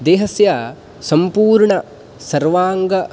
देहस्य सम्पूर्णसर्वाङ्ग